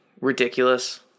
ridiculous